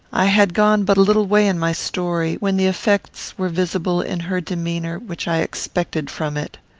i had gone but a little way in my story, when the effects were visible in her demeanour which i expected from it.